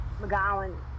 McGowan